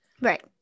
Right